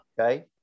Okay